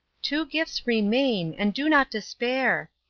two gifts remain. and do not despair.